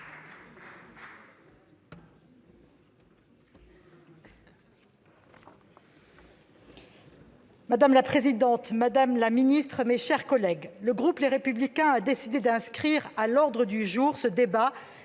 Madame la présidente, madame la ministre, mes chers collègues, le groupe Les Républicains a décidé d'inscrire à l'ordre du jour du Sénat